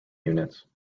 units